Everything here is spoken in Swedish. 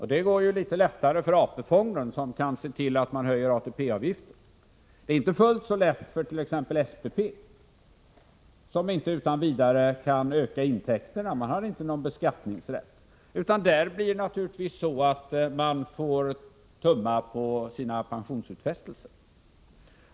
Det går litet lättare för AP-fonden som kan se till att höja ATP-avgiften. Det är inte fullt så lätt för t.ex. SPP, som | inte utan vidare kan öka intäkAterna eftersom man inte har någon beskattningsrätt, utan där får man naturligtvis tumma på sina pensionsutfäs | telser.